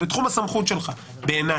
זה בתחום הסמכות שלך בעיניי.